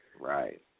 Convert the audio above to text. Right